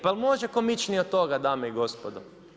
Pa jel' može komičnije od toga dame i gospodo?